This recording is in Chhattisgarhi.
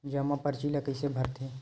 जमा परची ल कइसे भरथे?